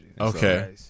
Okay